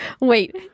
Wait